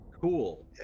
Cool